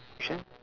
which one